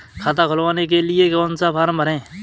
खाता खुलवाने के लिए कौन सा फॉर्म भरें?